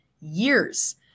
years